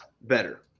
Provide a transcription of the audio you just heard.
better